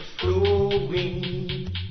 flowing